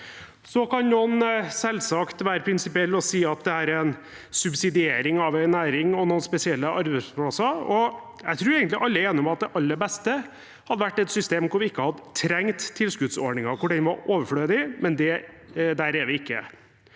Så kan noen selvsagt være prinsipielle og si at dette er en subsidiering av en næring og noen spesielle arbeidsplasser. Jeg tror egentlig alle er enige om at det aller beste hadde vært et system hvor vi ikke hadde trengt tilskuddsordningen, hvor den var overflødig, men der er vi ikke.